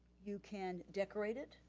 you can decorate it,